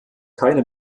keine